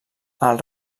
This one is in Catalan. els